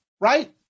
right